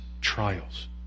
trials